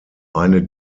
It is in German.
eine